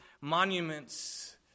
monuments